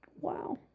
Wow